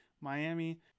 miami